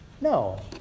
No